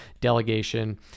delegation